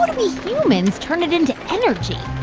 but we humans turn it into energy?